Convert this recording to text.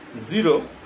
zero